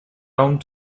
round